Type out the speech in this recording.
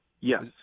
Yes